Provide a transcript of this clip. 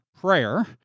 prayer